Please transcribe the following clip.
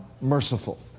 merciful